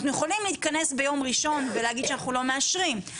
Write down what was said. אנחנו יכולים להתכנס פה ביום ראשון ולהגיד שאנחנו לא מאשרים,